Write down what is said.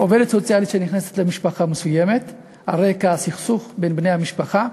עובדת סוציאלית נכנסת למשפחה מסוימת על רקע סכסוך בין בני המשפחה.